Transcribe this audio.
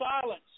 silence